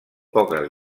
poques